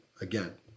again